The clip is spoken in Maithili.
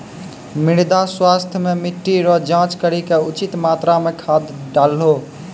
मृदा स्वास्थ्य मे मिट्टी रो जाँच करी के उचित मात्रा मे खाद डालहो